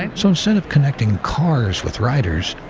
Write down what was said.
and so instead of connecting cars with riders,